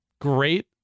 Great